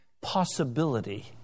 possibility